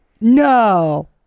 No